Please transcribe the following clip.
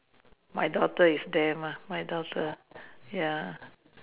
my daughter is there mah my daughter ya